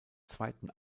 zweiten